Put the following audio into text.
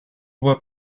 were